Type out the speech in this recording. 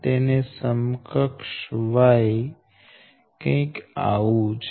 તેને સમકક્ષ Y કંઈક આવું છે